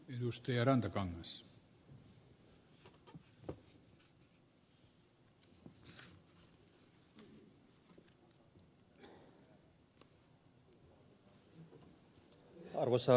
arvoisa herra puhemies